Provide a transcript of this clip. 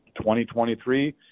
2023